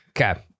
Okay